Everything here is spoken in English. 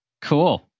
Cool